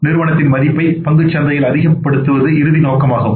நிறுவனத்தின் மதிப்பை பங்குச்சந்தையில் அதிகப்படுத்துவது இறுதி நோக்கமாகும்